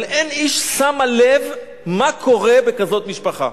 אבל אין איש שם לב מה קורה בכזאת משפחה.